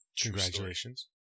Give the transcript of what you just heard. Congratulations